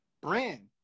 brand